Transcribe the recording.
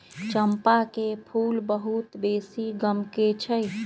चंपा के फूल बहुत बेशी गमकै छइ